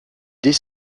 dès